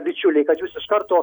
bičiuliai kad jūs iš karto